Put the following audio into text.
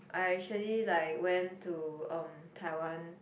I actually like went to um Taiwan